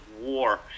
war